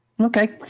Okay